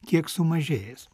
kiek sumažėjęs